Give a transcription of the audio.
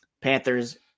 Panthers